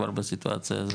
כבר בסיטואציה הזאת?